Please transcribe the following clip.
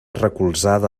recolzada